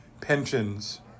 pensions